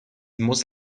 most